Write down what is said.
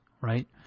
right